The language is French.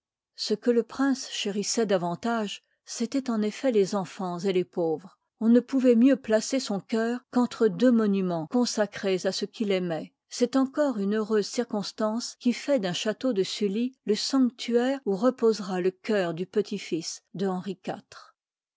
ce que le prince chérissoit davantagej c'étoit en effet les enfans et les pauvres on ne pouvoit mieux placer son cœur qu'entre deux monumcns consacrés à ce qu'il aimoit c'est encore une heureuse circonstance qui fait d'un château de sully le sanctuaire où reposera le cœur du petit fds de henri